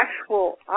actual